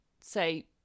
say